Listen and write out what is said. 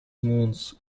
moons